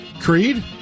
Creed